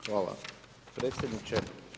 Hvala predsjedniče.